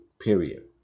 Period